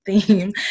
theme